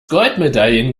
goldmedaillen